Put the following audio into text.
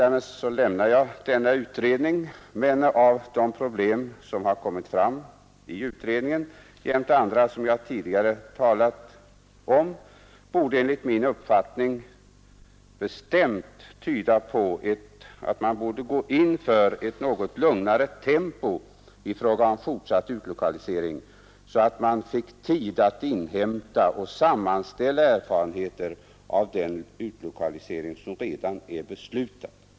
Därmed lämnar jag denna utredning, men de problem som har kommit fram i utredningen jämte andra som jag tidigare har omnämnt borde enligt min uppfattning bestämt tala för ett något lugnare tempo i fråga om fortsatt utlokalisering, så att man fick tid att inhämta och sammanställa erfarenheter av den utlokalisering som redan är beslutad.